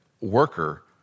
worker